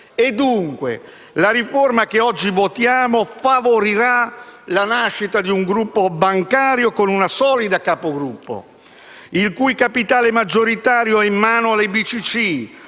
Dunque, la riforma che oggi votiamo favorirà la nascita di un gruppo bancario con una solida capogruppo, il cui capitale maggioritario è in mano alle BCC;